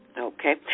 Okay